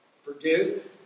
Forgive